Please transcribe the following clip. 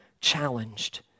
challenged